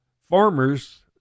farmers